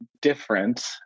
different